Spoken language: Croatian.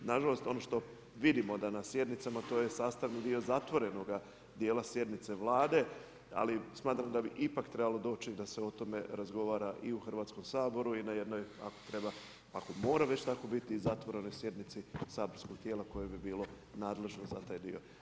Nažalost, ono što vidimo da na sjednicama, to je sastavni dio zatvorenoga dijela sjednice Vlade, ali smatram da bi ipak trebalo doći da se o tome razgovara i u Hrvatskom saboru i na jednoj ako treba, ako mora već biti i zatvorenoj sjednici saborskog tijela koje bi bilo nadležno za taj dio.